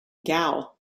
gao